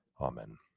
Amen